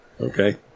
Okay